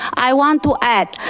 i want to add,